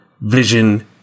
Vision